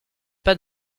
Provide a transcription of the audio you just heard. pas